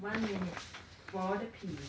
one minute while you pee